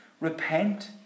repent